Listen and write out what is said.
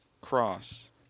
cross